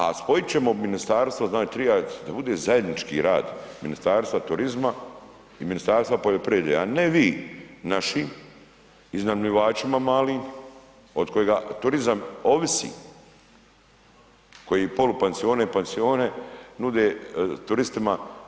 A spojit ćemo ministarstvo da bude zajednički rad Ministarstva turizma i Ministarstva poljoprivrede, a ne vi našim iznajmljivačima malim od kojega turizam ovisi koji polupansione i pansione nude turistima.